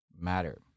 matter